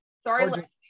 Sorry